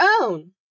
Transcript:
own